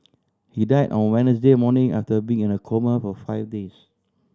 he died on Wednesday morning after being in a coma for five days